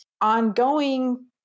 ongoing